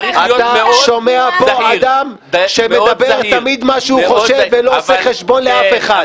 אתה שומע פה אדם שמדבר תמיד מה שהוא חושב ולא עושה חשבון לאף אחד.